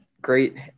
great